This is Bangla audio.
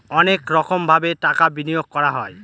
অনেক রকমভাবে টাকা বিনিয়োগ করা হয়